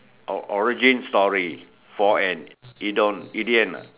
or~ origin story for an idiom idiom ah